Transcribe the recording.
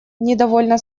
недовольно